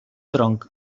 tronc